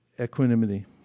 Equanimity